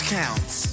counts